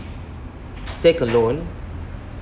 take a loan